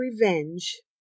revenge